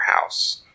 house